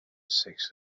سکس